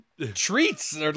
treats